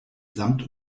samt